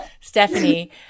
Stephanie